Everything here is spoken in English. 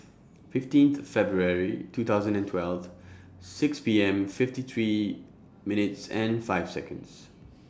fifteen February two thousand and twelve six P M fifty three minutes and five Seconds